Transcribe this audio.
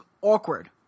awkward